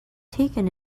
taken